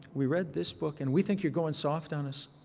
we read this book, and we think you're going soft on us.